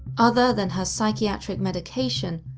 other than her psychiatric medication,